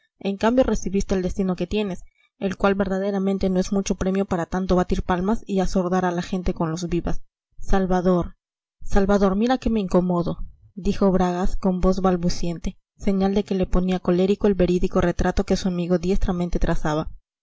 en cambio recibiste el destino que tienes el cual verdaderamente no es mucho premio para tanto batir palmas y asordar a la gente con los vivas salvador salvador mira que me incomodo dijo bragas con voz balbuciente señal de que le ponía colérico el verídico retrato que su amigo diestramente trazaba